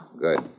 Good